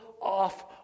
off